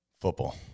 Football